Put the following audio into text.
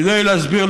כדי להסביר,